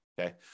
okay